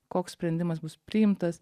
koks sprendimas bus priimtas